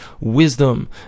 wisdom